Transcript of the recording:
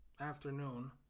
afternoon